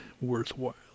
worthwhile